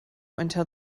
until